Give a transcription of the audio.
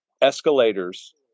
escalators